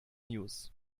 news